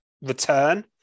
Return